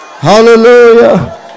Hallelujah